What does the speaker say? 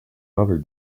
other